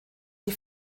die